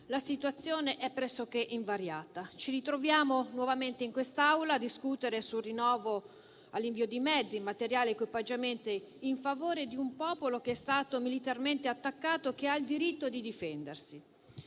la situazione è pressoché invariata. Ci ritroviamo nuovamente in quest'Aula a discutere sul rinnovo dell'invio di mezzi, materiali ed equipaggiamenti in favore di un popolo che è stato militarmente attaccato e ha il diritto di difendersi.